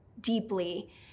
deeply